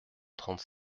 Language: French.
trente